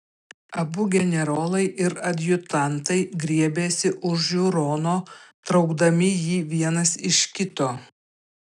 abu generolai ir adjutantai griebėsi už žiūrono traukdami jį vienas iš kito